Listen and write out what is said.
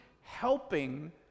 helping